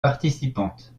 participantes